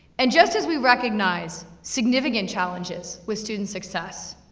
and just as we recognize significant challenges with student success,